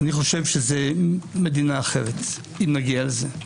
לדעתי, זאת מדינה אחרת, אם נגיע לזה.